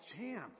chance